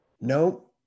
No